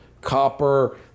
copper